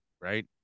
right